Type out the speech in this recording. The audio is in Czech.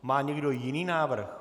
Má někdo jiný návrh?